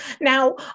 Now